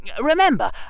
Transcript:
Remember